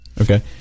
Okay